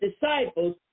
disciples